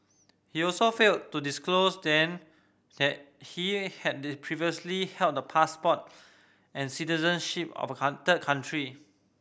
he also failed to disclose then that he had previously held the passport and citizenship of country